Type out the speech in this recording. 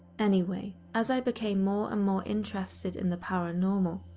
anyway, as i became more and more interested in the paranormal,